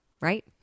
right